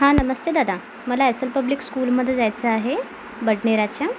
हा नमस्ते दादा मला एस एल पब्लिक स्कूलमध्ये जायचं आहे बडनेराच्या